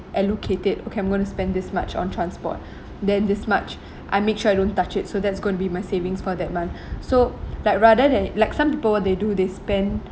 allocate it okay I'm gonna spend this much on transport then this much I make sure I don't touch it so that's going to be my savings for that month so like rather than like some people they do they spend